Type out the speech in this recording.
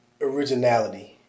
originality